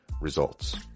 results